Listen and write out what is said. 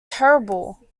terrible